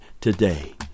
today